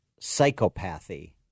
psychopathy